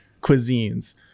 cuisines